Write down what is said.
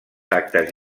actes